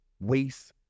waste